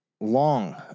long